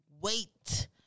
wait